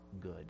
good